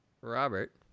Robert